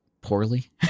Poorly